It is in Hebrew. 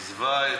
עזבה,